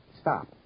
Stop